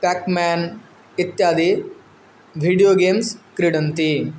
pack Man इत्यादि video games क्रीडन्ति